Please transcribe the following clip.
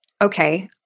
okay